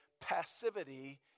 passivity